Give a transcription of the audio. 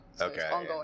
Okay